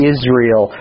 Israel